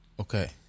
Okay